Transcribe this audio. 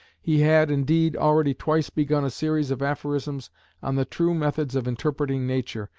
he had, indeed, already twice begun a series of aphorisms on the true methods of interpreting nature,